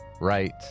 right